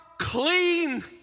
clean